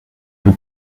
were